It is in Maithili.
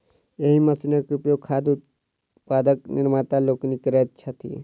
एहि मशीनक उपयोग खाद्य उत्पादक निर्माता लोकनि करैत छथि